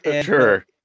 sure